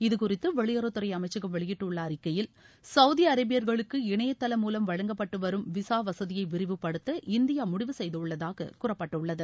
இதுகுறித்து வெளியுறவுத்துறை அமைச்சகம் வெளியிட்டுள்ள அறிக்கையில் சவுதி அரேபியர்களுக்கு இணையதளம் மூலம் வழங்கப்பட்டு வரும் விசா வசதியை விரிவுப்படுத்த இந்தியா முடிவு செய்துள்ளதாக கூறப்பட்டுள்ளது